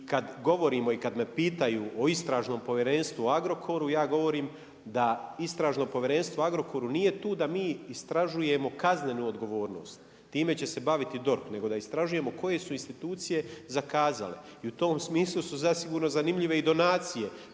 kad me pitaju o Istražnom povjerenstvu o Agrokoru ja govorim da Istražno povjerenstvo o Agrokoru nije tu da mi istražujemo kaznenu odgovornost. Time će se baviti DORH, nego da istražujemo koje su institucije zakazale. I u tom smislu su zasigurno zanimljive i donacije